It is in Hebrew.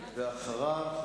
ואחריו,